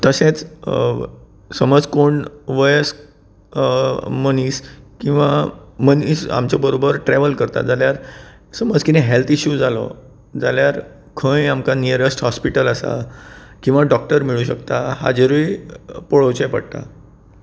तशेंच समज कोण वयस मनीस किंवा मनीस आमच्या बरोबर ट्रॅवल करता जाल्यार समज कितें हॅल्थ इशू जालो जाल्यार खंय आमकां नियरस्ट हॉस्पिटल आसा किंवा डॉक्टर मेळुंक शकता हाजेरूय पळोवचे पडटा